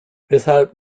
weshalb